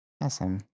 Awesome